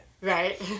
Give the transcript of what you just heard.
Right